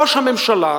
ראש הממשלה,